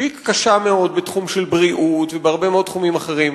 שהיא קשה מאוד בתחום של בריאות ובהרבה מאוד תחומים אחרים.